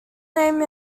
named